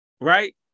Right